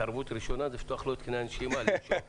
התערבות ראשונה היא לפתוח לו את קנה הנשימה שיוכל לנשום.